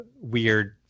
weird